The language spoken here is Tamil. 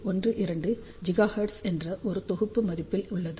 12 ஜிகாஹெர்ட்ஸ் என்ற ஒரு தொகுப்பு மதிப்பில் உள்ளது